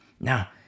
now